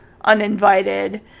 uninvited